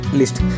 list